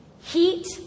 Heat